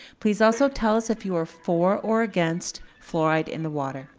please also tell us if you are for or against fluoride in the water.